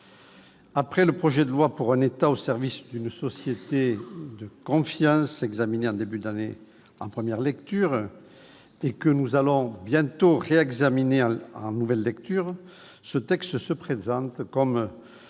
Après le projet de loi pour un État au service d'une société de confiance examiné en début d'année en première lecture, et que nous allons bientôt réexaminer en nouvelle lecture, ce texte se présente comme